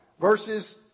Verses